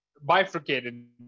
bifurcated